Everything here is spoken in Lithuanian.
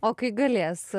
o kai galės